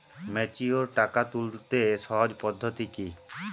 Mature টাকা তুলতে সহজ পদ্ধতি কি?